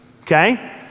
okay